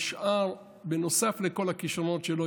נוסף לכל הכישרונות שלו,